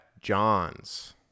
John's